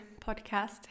podcast